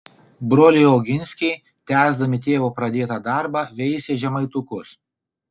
broliai oginskiai tęsdami tėvo pradėtą darbą veisė žemaitukus